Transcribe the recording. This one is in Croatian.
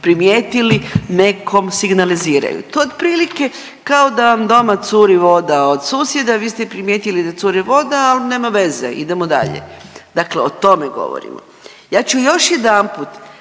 primijetili nekom signaliziraju. To je otprilike kao da vam doma curi voda od susjeda, vi ste primijetili da curi voda, ali nema veze, idemo dalje. Dakle, o tome govorimo. Ja ću još jedanput